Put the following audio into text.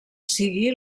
sigui